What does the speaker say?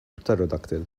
pterodactyl